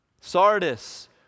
Sardis